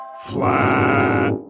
Flat